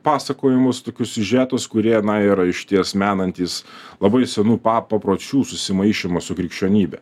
pasakojimus tokius siužetus kurie na yra išties menantys labai senų pa papročių susimaišymą su krikščionybe